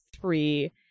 three